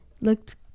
looked